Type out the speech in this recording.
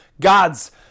God's